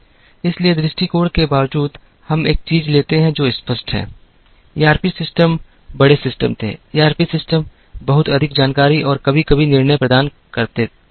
इसलिए दृष्टिकोण के बावजूद हम एक चीज लेते हैं जो स्पष्ट है ईआरपी सिस्टम बड़े सिस्टम थे ईआरपी सिस्टम बहुत अधिक जानकारी और कभी कभी निर्णय प्रदान करता है